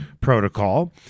protocol